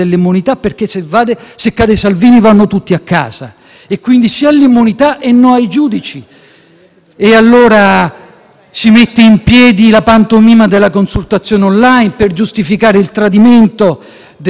Allora si mette in piedi la pantomima della consultazione *on line* per giustificare il tradimento delle loro posizioni; una consultazione gestita da Casaleggio, sulla piattaforma *on line* di Casaleggio,